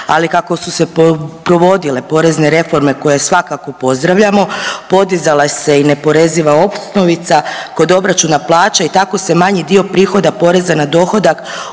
ali kako su se provodile porezne reforme koje svakako pozdravljamo podizala se i neoporeziva osnovica kod obračuna plaća i tako se manji dio prihoda poreza na dohodak